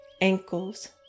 ankles